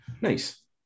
Nice